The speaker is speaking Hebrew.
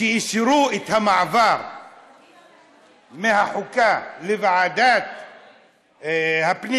כשאישרו את המעבר מוועדת החוקה לוועדת הפנים,